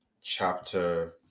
chapter